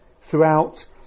throughout